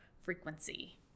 frequency